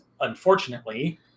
unfortunately